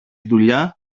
δουλειά